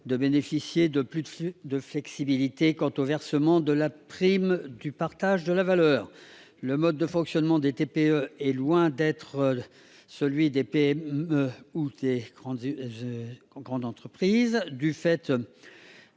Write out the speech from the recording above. de bénéficier de plus de flexibilité quant au versement de la prime de partage de la valeur. Le mode de fonctionnement des TPE est loin de celui des PME ou des grandes entreprises. Du fait